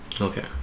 okay